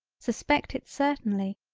suspect it certainly,